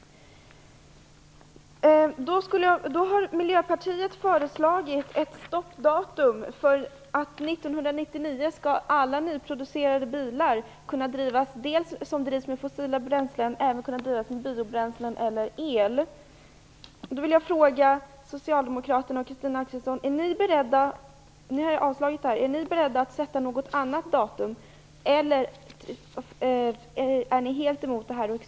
Miljöpartiet har föreslagit ett stoppdatum. 1999 skall alla nyproducerade bilar som drivs med fossila bränslen även kunna drivas med biobränslen eller el. Jag vill fråga socialdemokraterna och Christina Axelsson: Ni har avstyrkt vårt förslag, är ni beredda att sätta något annat datum eller är ni helt emot detta?